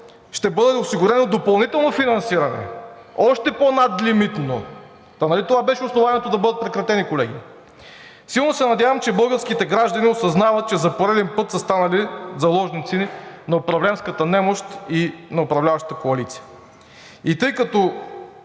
ще бъде осигурено допълнително финансиране – още по-надлимитно. Та нали това беше основанието да бъдат прекратени, колеги? Силно се надявам, че българските граждани осъзнават, че за пореден път са станали заложници на управленската немощ и на управляващата коалиция. И тъй като